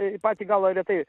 į patį galą retai